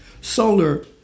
solar